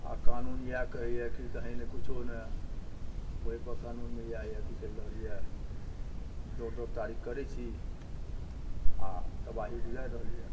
आओर कानून इएह कहैए कि कहीँ नहि किछो नहि ओहिपर कानूनमे इएह यऽ कि चलि रहल यऽ दौड़ि दौड़ि तारीख करै छी आओर तबाही गुजारि रहल यऽ